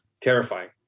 terrifying